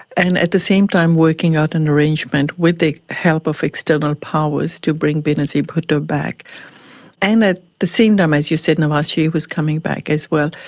and the same time working out an arrangement with the help of external powers to bring benazir bhutto back and at the same time, as you said, nawaz sharif was coming back as well.